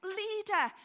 leader